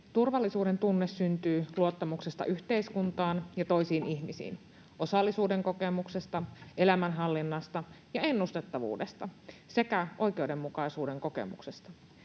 Turvallisuudentunne syntyy luottamuksesta yhteiskuntaan ja toisiin ihmisiin, osallisuuden kokemuksesta, elämänhallinnasta ja ennustettavuudesta sekä oikeudenmukaisuuden kokemuksesta.